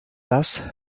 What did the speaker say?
das